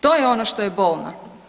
To je ono što je bolno.